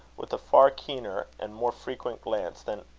with a far keener and more frequent glance than,